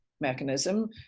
mechanism